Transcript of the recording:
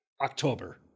October